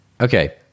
Okay